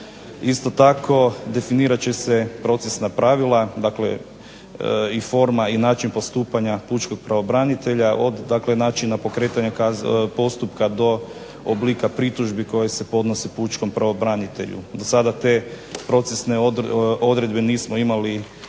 Isto tako definirat će se procesna pravila, dakle i forma i način postupanja pučkog pravobranitelja od dakle načina pokretanja postupka, do oblika pritužbi koji se podnose pučkom pravobranitelju. Do sada te procesne odredbe nismo imali